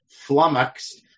flummoxed